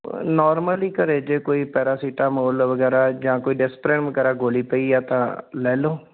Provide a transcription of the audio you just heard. normal ਹੀ ਘਰੇ ਜੇ ਕੋਈ ਪੈਰਾਸੀਟਾਮੋਲ ਵਗੈਰਾ ਜਾਂ ਕੋਈ ਡਿਸਪਰਿਨ ਵਗੈਰਾ ਗੋਲੀ ਪਈ ਹੈ ਤਾਂ ਲੈ ਲਓ